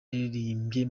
yaririmbye